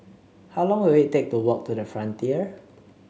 how long will it take to walk to the Frontier